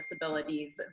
disabilities